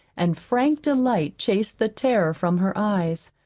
and frank delight chased the terror from her eyes.